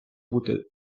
бути